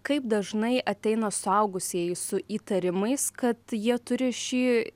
kaip dažnai ateina suaugusieji su įtarimais kad jie turi šį